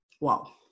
Wow